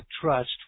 trust